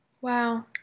Wow